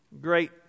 Great